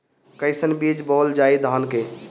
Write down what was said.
कईसन बीज बोअल जाई धान के?